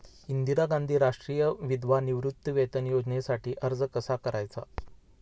इंदिरा गांधी राष्ट्रीय विधवा निवृत्तीवेतन योजनेसाठी अर्ज कसा करायचा?